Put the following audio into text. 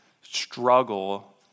struggle